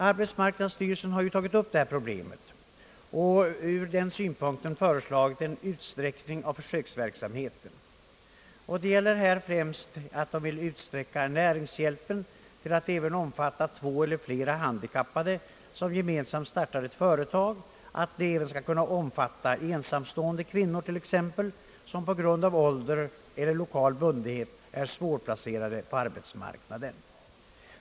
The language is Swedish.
Arbetsmarknadsstyrelsen har tagit upp detta problem och ur den synpunkten föreslagit en utsträckt verksamhet. Det gäller här främst att utsträcka näringshjälpen till att även omfatta två eller flera handikappade som gemensamt startar ett företag samt även ensamstående kvinnor som på grund av ålder eller lokal bundenhet är svårplacerade på arbetsmarknaden.